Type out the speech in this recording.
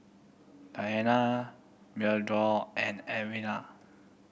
Diana Meadow and Edwina